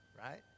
right